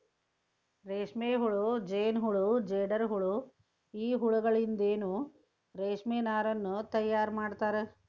ರೇಷ್ಮೆಹುಳ ಜೇನಹುಳ ಜೇಡರಹುಳ ಈ ಹುಳಗಳಿಂದನು ರೇಷ್ಮೆ ನಾರನ್ನು ತಯಾರ್ ಮಾಡ್ತಾರ